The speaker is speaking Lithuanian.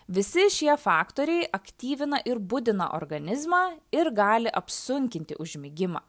visi šie faktoriai aktyvina ir budina organizmą ir gali apsunkinti užmigimą